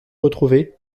retrouvé